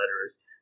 letters